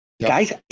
guys